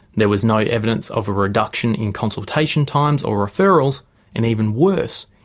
there was no evidence of a reduction in consultation times, or referrals and even worse,